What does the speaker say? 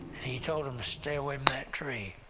he told them to stay away from that tree,